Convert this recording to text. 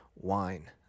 wine